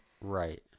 Right